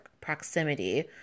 proximity